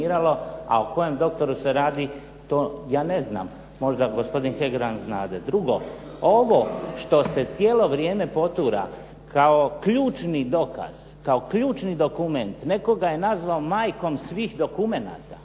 a o kojem doktoru se radi, to ja ne znam, možda gospodin Hebrang znade. Drugo, ovo što se cijelo vrijeme potura kao ključni dokaz, kao ključni dokument, nekoga je nazvao majkom svih dokumenata,